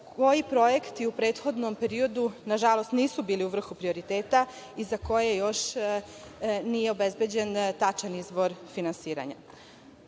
koji projekti u prethodnom periodu, nažalost, nisu bili u vrhu prioriteta i za koje još nije obezbeđen tačan izvor finansiranja. To